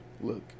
Look